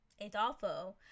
Adolfo